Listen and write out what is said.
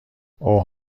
اوه